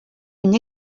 une